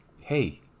Hey